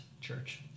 church